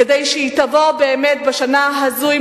השבנו את